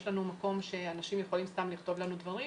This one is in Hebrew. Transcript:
יש מקום שבו אנשים יכולים לכתוב לנו דברים,